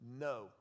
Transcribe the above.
no